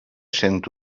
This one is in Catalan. cent